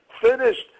finished